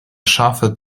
scharfe